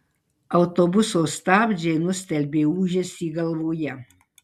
autobuso stabdžiai nustelbė ūžesį galvoje